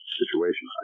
situation